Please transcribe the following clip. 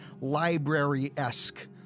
library-esque